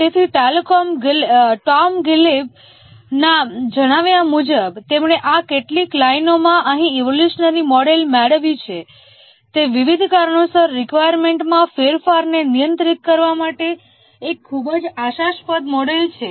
તેથી ટોમ ગિલિબના જણાવ્યા મુજબ તેમણે આ કેટલીક લાઇનોમાં અહીં ઈવોલ્યુશનરી મોડેલ મેળવ્યું છે તે વિવિધ કારણોસર રેકવાયર્મેન્ટમાં ફેરફારને નિયંત્રિત કરવા માટે એક ખૂબ જ આશાસ્પદ મોડેલ છે